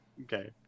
Okay